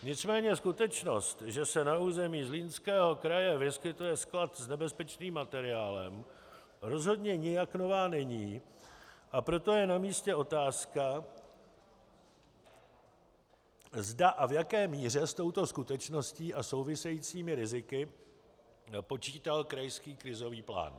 Nicméně skutečnost, že se na území Zlínského kraje vyskytuje sklad s nebezpečným materiálem, rozhodně nijak nová není, a proto je namístě otázka, zda a v jaké míře s touto skutečností a souvisejícími riziky počítal krajský krizový plán.